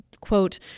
quote